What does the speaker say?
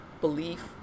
belief